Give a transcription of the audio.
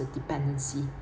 the dependency